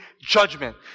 judgment